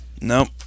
Nope